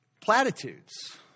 platitudes